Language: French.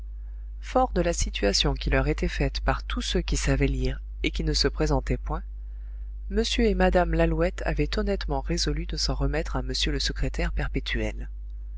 forts de la situation qui leur était faite par tous ceux qui savaient lire et qui ne se présentaient point m et mme lalouette avaient honnêtement résolu de s'en remettre à m le secrétaire perpétuel